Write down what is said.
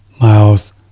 miles